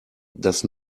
das